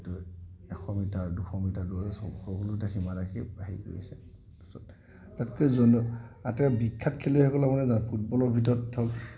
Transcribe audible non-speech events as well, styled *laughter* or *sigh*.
এশ মিটাৰ দুশ মিটাৰ দৌৰত সকলোতে হীমা দাসে হেৰি কৰিছে তাৰপিছত আটাইতকৈ বিখ্যাত খেলুৱৈৰ *unintelligible* ফুটবলৰ ভিতৰত হ'ল